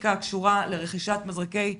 בלוגיסטיקה הקשורה לרכישת מזרקי אפיפן.